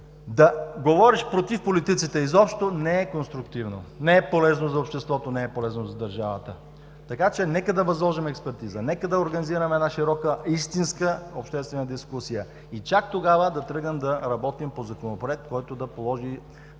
Да говориш против политиците изобщо не е конструктивно, не е полезно за обществото, не е полезно за държавата. Нека да възложим експертиза, нека да организираме една широка, истинска обществена дискусия и чак тогава да тръгнем да работим по законопроект, който да определи